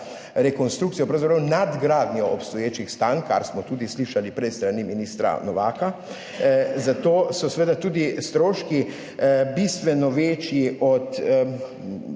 rekonstrukcijo, pravzaprav nadgradnjo obstoječih stanj, kar smo tudi slišali prej s strani ministra Novaka, zato so seveda tudi stroški bistveno večji od